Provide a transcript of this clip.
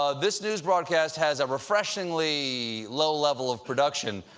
ah this news broadcast has a refreshingly low level of production.